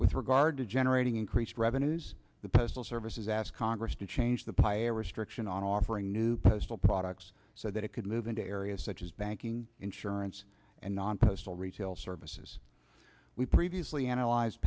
with regard to generating increased revenues the postal service is ask congress to change the pyre restriction on offering new postal products so that it could move into areas such as banking insurance and non postal retail services we previously analyze